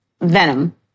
Venom